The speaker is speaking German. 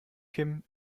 kim